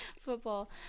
football